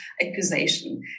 accusation